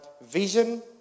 vision